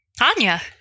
Anya